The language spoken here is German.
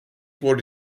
wurde